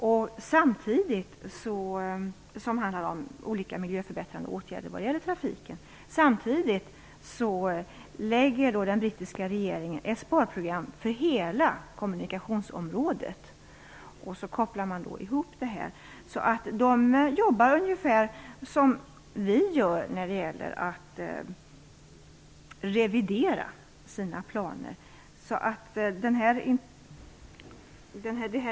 Detta handlingsprogram handlar om olika miljöförbättrande åtgärder när det gäller trafiken. Samtidigt har den brittiska regeringen lagt fram ett sparprogram för hela kommunikationsområdet. Sedan skall det ske en sammankoppling. Man jobbar alltså ungefär som vi gör när det gäller att revidera planerna.